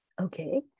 Okay